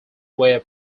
were